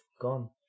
gone